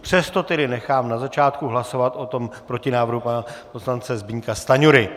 Přesto tedy nechám na začátku hlasovat o protinávrhu pana poslance Zbyňka Stanjury.